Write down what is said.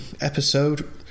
episode